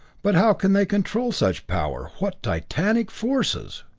but how can they control such power? what titanic forces!